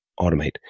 automate